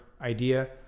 idea